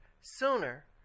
sooner